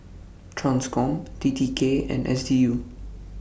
TRANSCOM T T K and S D U